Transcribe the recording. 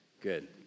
Good